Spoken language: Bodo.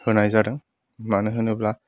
होनाय जादों मानो होनोब्ला